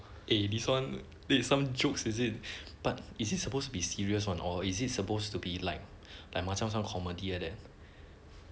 eh this one lay some jokes is it but is it supposed to be serious one or is it supposed to be like like macam some comedy like that